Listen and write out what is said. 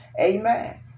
Amen